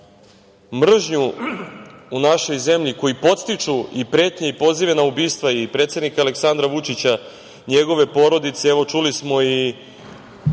mržnju u našoj zemlji, koji podstiču i pretnje i pozive na ubistva i predsednika Aleksandra Vučića, njegove porodice, evo, čuli smo i